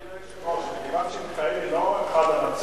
ואני רושם שחבר הכנסת אורי מקלב רצה להצביע,